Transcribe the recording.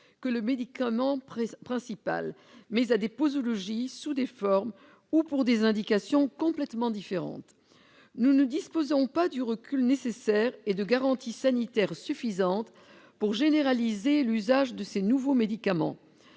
que le médicament principal, mais selon des posologies, sous des formes ou pour des indications complètement différentes. Nous ne disposons pas du recul nécessaire et de garanties sanitaires suffisantes pour généraliser l'usage de ces nouveaux médicaments.